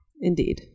Indeed